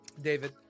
David